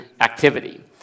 activity